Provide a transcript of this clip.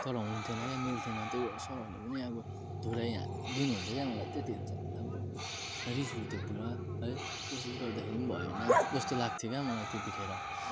तर हुने थिएन क्या मिल्ने थिएन त्यो सरहरूले नि अब धुलाई दिनुहुन्थ्यो क्या मलाई त्यति ऊ त्यो अब रिस उठ्थ्यो पुरा है कोसिस गर्दाखेरि नि भएन जस्तो लाग्थ्यो क्या मलाई त्यतिखेर